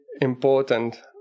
important